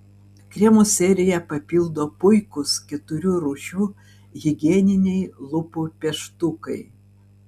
kremų seriją papildo puikūs keturių rūšių higieniniai lūpų pieštukai